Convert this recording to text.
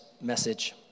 message